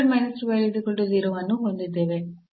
ನಾವು ಅನ್ನು ಹೊಂದಿದ್ದೇವೆ